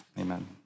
Amen